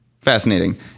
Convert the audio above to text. Fascinating